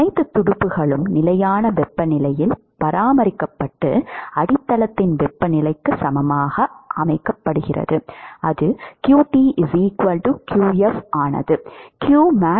அனைத்து துடுப்புகளும் நிலையான வெப்பநிலையில் பராமரிக்கப்பட்டு அடித்தளத்தின் வெப்பநிலைக்கு சமமாக இருக்கும் போது அது qf ஆனது